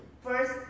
First